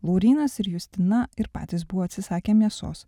laurynas ir justina ir patys buvo atsisakę mėsos